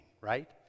right